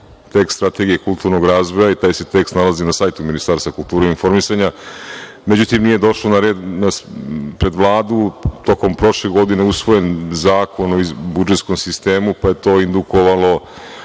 tekst strategije kulturnog razvoja i taj se tekst nalazi na sajtu Ministarstva kulture i informisanja. Međutim, nije došlo na red pred Vlad, tokom prošle godine usvojen Zakon o budžetskom sistemu, pa je to indukovalo